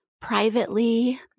privately